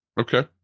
Okay